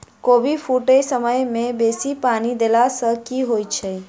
कोबी फूटै समय मे बेसी पानि देला सऽ की होइ छै?